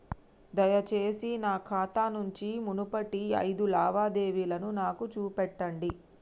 దయచేసి నా ఖాతా నుంచి మునుపటి ఐదు లావాదేవీలను నాకు చూపెట్టండి